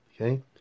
okay